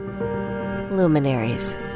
Luminaries